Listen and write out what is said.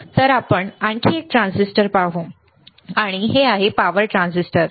तर आपण आणखी एक ट्रान्झिस्टर पाहू आणि हे आहे पॉवर ट्रान्झिस्टर